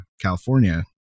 California